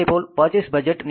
அதே போல் purchase budget